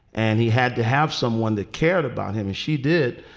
and he had to have someone that cared about him and she did.